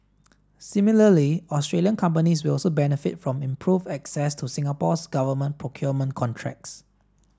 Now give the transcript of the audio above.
similarly Australian companies will also benefit from improved access to Singapore's government procurement contracts